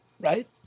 Right